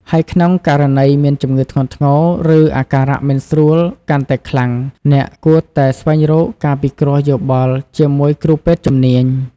ហើយក្នុងករណីមានជំងឺធ្ងន់ធ្ងរ ឬអាការៈមិនស្រួលកាន់តែខ្លាំង អ្នកគួរតែស្វែងរកការពិគ្រោះយោបល់ជាមួយគ្រូពេទ្យជំនាញ។